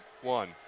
One